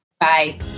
Bye